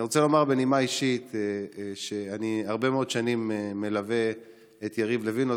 אני רוצה לומר בנימה אישית שאני הרבה מאוד שנים מלווה את יריב לוין,